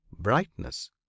Brightness